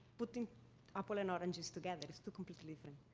putting apples and oranges together. it's two completely different.